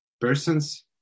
persons